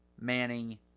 Manning